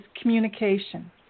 communication